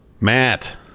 Matt